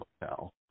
Hotel